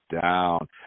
down